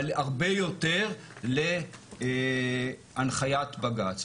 אבל הרבה יותר להנחיית בג"צ.